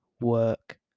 work